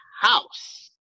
house